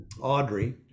Audrey